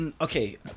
Okay